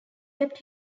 kept